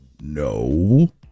No